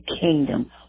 kingdom